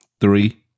Three